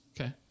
Okay